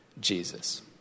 Jesus